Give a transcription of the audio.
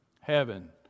Heaven